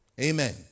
Amen